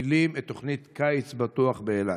מפעילים את התוכנית קיץ בטוח באילת.